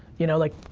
you know, like,